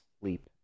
sleep